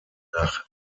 nach